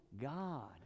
God